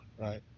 right